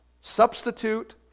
Substitute